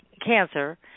cancer